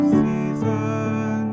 season